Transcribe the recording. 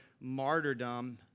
martyrdom